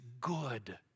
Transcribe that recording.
good